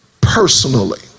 personally